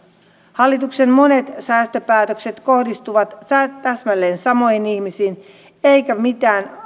hallituksen monet säästöpäätökset kohdistuvat täsmälleen samoihin ihmisiin eikä mitään